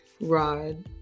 Rod